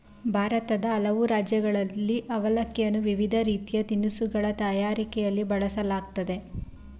ಭಾರತದ ಹಲವು ರಾಜ್ಯಗಳಲ್ಲಿ ಅವಲಕ್ಕಿಯನ್ನು ವಿವಿಧ ರೀತಿಯ ತಿನಿಸುಗಳ ತಯಾರಿಕೆಯಲ್ಲಿ ಬಳಸಲಾಗ್ತದೆ